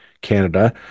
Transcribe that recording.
Canada